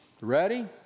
Ready